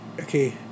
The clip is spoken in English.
okay